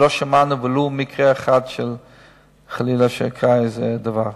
ולא שמעו ולו מקרה אחד חלילה שקרה איזה דבר.